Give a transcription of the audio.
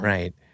Right